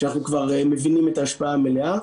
שאנחנו כבר מבינים את ההשפעה המלאה.